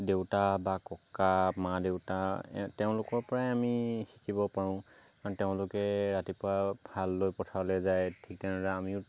দেউতা বা ককা মা দেউতা তেওঁলোকৰপৰাই আমি শিকিব পাৰোঁ কাৰণ তেওঁলোকে ৰাতিপুৱা হাল লৈ পথাৰলৈ যায় ঠিক তেনেদৰে আমিও